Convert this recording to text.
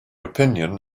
opinion